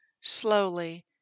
slowly